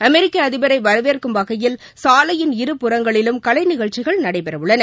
அமெரிக்க அதிபரை வரவேற்கும் வகையில் சாலையின் இருபுறங்களிலும் கலை நிகழ்ச்சிகள் நடைபெறவுள்ளன